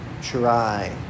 try